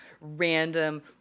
random